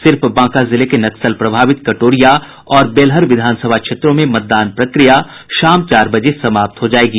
सिर्फ बांका जिले के नक्सल प्रभावित कटोरिया और बेलहर विधानसभा क्षेत्रों में मतदान प्रक्रिया शाम चार बजे समाप्त हो जायेगी